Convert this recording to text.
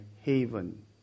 haven